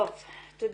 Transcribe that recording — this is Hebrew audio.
תודה.